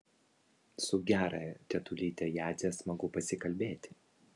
su gerąja tetulyte jadze smagu pasikalbėti